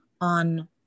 on